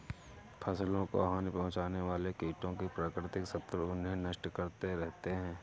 फसलों को हानि पहुँचाने वाले कीटों के प्राकृतिक शत्रु उन्हें नष्ट करते रहते हैं